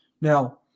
Now